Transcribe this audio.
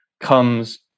comes